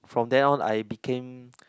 from then on I became